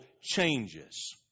changes